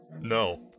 No